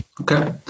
Okay